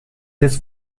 this